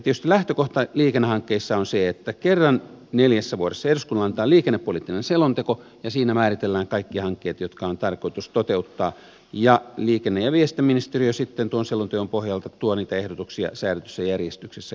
tietysti lähtökohta liikennehankkeissa on se että kerran neljässä vuodessa eduskunnalle annetaan liikennepoliittinen selonteko ja siinä määritellään kaikki hankkeet jotka on tarkoitus toteuttaa ja liikenne ja viestintäministeriö sitten tuon selonteon pohjalta tuo niitä ehdotuksia säädetyssä järjestyksessä eduskunnalle